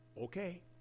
okay